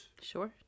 Sure